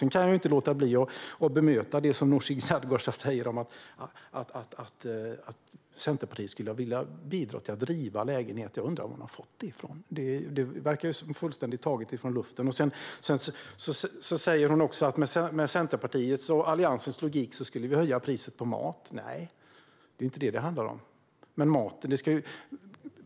Jag kan inte låta bli att bemöta det som Nooshi Dadgostar säger om att Centerpartiet skulle vilja bidra till att riva lägenheter. Jag undrar var hon har fått det från. Det verkar fullständigt taget ur luften. Hon säger också att med Centerpartiets och Alliansens logik skulle vi höja priset på mat. Nej, det är inte vad det handlar om.